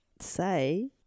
say